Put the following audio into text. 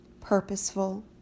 purposeful